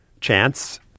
Chance